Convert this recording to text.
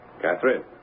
Catherine